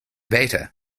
beta